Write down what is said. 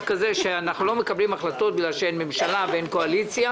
כזה שאנחנו לא מקבלים החלטות בגלל שאין ממשלה ואין קואליציה,